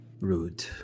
rude